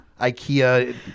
ikea